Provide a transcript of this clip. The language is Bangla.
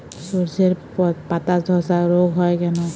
শর্ষের পাতাধসা রোগ হয় কেন?